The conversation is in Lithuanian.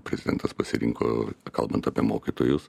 prezidentas pasirinko kalbant apie mokytojus